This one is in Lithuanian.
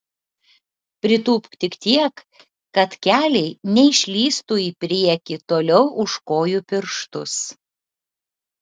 pritūpk tik tiek kad keliai neišlįstų į priekį toliau už kojų pirštus